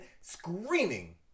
screaming